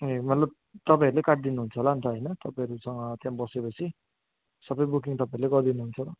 ए मतलब तपाईँहरूले काट्दिनु हुन्छ होला नि त होइन तपाईँहरूसँग त्यहाँ बसेपछि सबै बुकिङ तपाईँहरूले गरिदिनु हुन्छ